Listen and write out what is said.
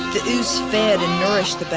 is fed and nourished but